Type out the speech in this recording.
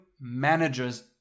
managers